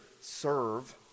serve